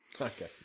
Okay